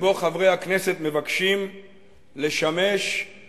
שבו חברי הכנסת יהיו גם חוקרים,